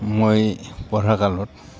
মই পঢ়াকালত